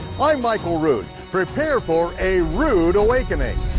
i'm michael rood, prepare for a rood awakening.